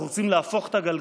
אנחנו רוצים להפוך את הגלגל.